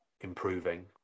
improving